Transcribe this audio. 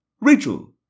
Rachel